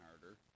harder